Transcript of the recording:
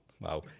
wow